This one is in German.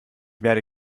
werde